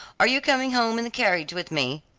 are you coming home in the carriage with me?